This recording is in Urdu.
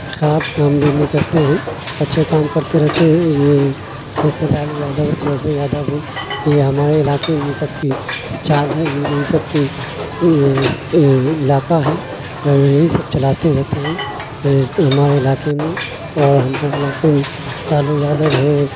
خراب کام بھی نہیں کرتے ہیں اور اچھے کام کرتے رہتے ہیں اور یہ کیسے لالو یادو اور تیجسوی یادو یہ ہمارے علاقے میں یہ سب کی یہ چال ہے یہ سب کی علاقہ ہے اور یہی سب چلاتے رہتے ہیں یہ ہمارے علاقے میں اور ہمارے علاقے میں لالو یادو ہو